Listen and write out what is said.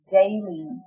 daily